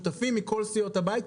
שותפים מכל סיעות הבית,